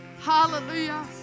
Hallelujah